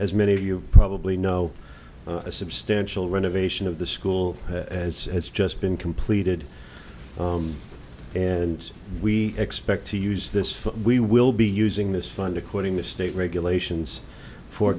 as many of you probably know a substantial renovation of the school has just been completed and we expect to use this for we will be using this fund according to state regulations for